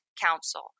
council